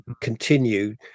continue